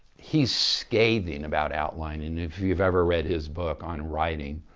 he's scathing about outlining if you've ever read his book on writing,